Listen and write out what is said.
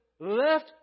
Left